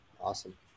Awesome